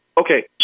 Okay